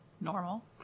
normal